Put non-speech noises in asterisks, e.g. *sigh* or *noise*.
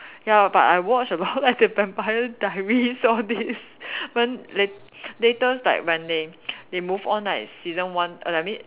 ya but I watch a lot like the vampire diaries all these *laughs* but then late latest like when they they move on like season one like I mean